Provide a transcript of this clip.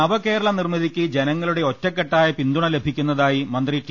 നവകേരള നിർമ്മിതിക്ക് ജനങ്ങളുടെ ഒറ്റക്കെട്ടായ പിന്തുണ ലഭിക്കുന്നതായി മന്ത്രി ടി